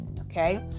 okay